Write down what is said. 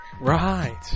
Right